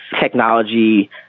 technology